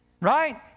right